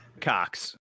Cox